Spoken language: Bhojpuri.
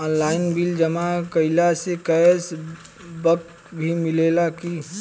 आनलाइन बिल जमा कईला से कैश बक भी मिलेला की?